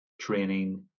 training